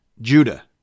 Judah